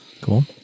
Cool